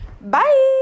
Bye